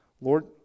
Lord